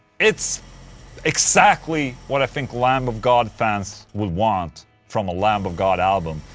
it's exactly what i think lamb of god fans would want from a lamb of god album.